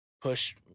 push